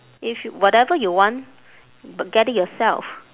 if whatever you want b~ get it yourself